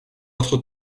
autre